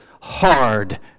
hard